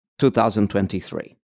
2023